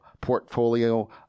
portfolio